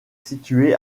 situé